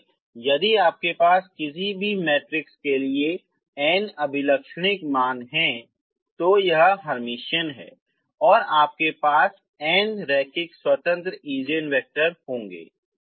इसलिए यदि आपके पास किसी भी मैट्रिक्स के लिए n अभिलक्षणिक मान हैं यदि यह हर्मिशियन है तो आपके पास n रैखिक स्वतंत्र ईजेन वैक्टर होंगे